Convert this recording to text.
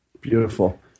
Beautiful